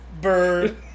bird